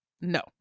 no